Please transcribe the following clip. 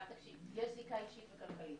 אבל יש זיקה אישית וכלכלית,